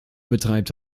betreibt